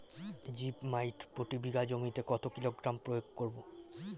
Zip মাইট প্রতি বিঘা জমিতে কত কিলোগ্রাম প্রয়োগ করব?